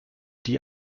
die